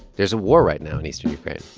there's a war right now in eastern ukraine,